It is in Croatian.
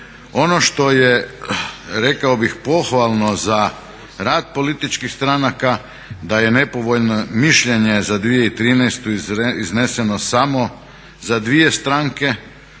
Ono što je rekao bih pohvalno za rad političkih stranaka da je nepovoljno mišljenje za 2013. izneseno samo za dvije stranke